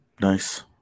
Nice